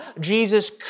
Jesus